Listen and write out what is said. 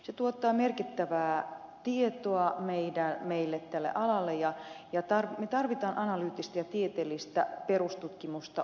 se tuottaa merkittävää tietoa meille tällä alalla ja me tarvitsemme analyyttistä ja tieteellistä perustutkimusta oikeuspoliittisella sektorilla